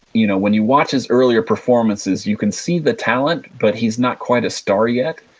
you know when you watch his earlier performances, you can see the talent, but he's not quite a star yet.